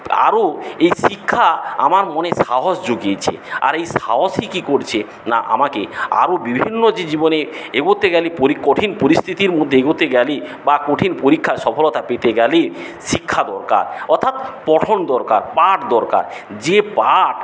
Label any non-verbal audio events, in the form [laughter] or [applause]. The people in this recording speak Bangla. আরও এই শিক্ষা আমার মনে সাহস জুগিয়েছে আর এই সাহসই কী করছে না আমাকে আরও বিভিন্ন যে জীবনে এগোতে গেলে [unintelligible] কঠিন পরিস্থিতির মধ্যে এগোতে গেলে বা কঠিন পরীক্ষায় সফলতা পেতে গেলে শিক্ষা দরকার অর্থাৎ পঠন দরকার পাঠ দরকার যে পাঠ